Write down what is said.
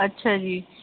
ਅੱਛਾ ਜੀ